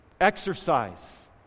Exercise